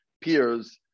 peers